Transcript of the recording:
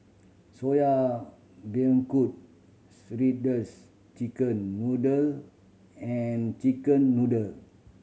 Soya Beancurd shredded chicken noodle and chicken noodle